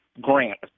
grant